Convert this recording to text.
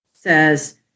says